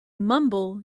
mumble